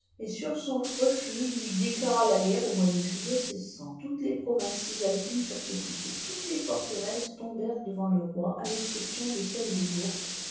et sur son refus lui déclara la au mois de juillet toutes les provinces cisalpines furent occupées toutes les forteresses tombèrent devant le roi à l'exception de celle de